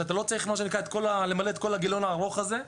שאתה לא צריך למלא את כל הגיליון הארוך הזה.